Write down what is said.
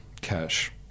cash